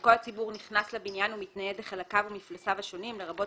שדרכו הציבור נכנס לבניין ומתנייד לחלקיו ומפלסיו השונים לרבות,